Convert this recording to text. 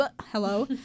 hello